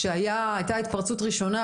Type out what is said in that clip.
כשהייתה התפרצות ראשונה,